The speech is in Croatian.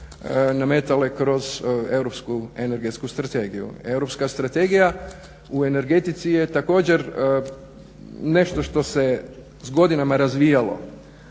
nametale kroz europsku energetsku strategiju. Europska strategija u energetici je također nešto što se s godinama razvijalo